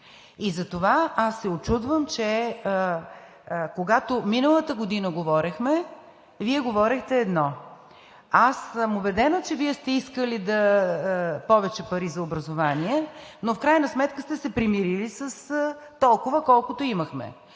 Затова се учудвам, че когато миналата година говорехме, вие говорехте едно. Аз съм убедена, че Вие сте искали повече пари за образование, но в крайна сметка сте се примирили с толкова, колкото имахме.